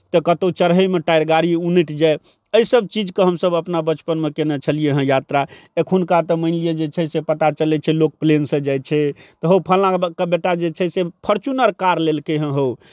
तऽ कतहु चढ़यमे टायर गाड़ी उनटि जाइ एहि सभचीजके हमसभ अपना बचपनमे कयने छलियै हँ यात्रा एखुनका तऽ मानि लिअ जे छै से पता चलै छै लोक प्लेनसँ जाइ छै हौ फल्लाँके बेटा जे छै से फोर्च्युनर कार लेलकै हेँ हौ